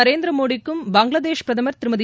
நரேந்திர மோடிக்கும் பங்களாதேஷ் பிரதமர் திருமதி